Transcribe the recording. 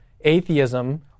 atheism